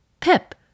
Pip